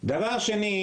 עכשיו השאלה היא,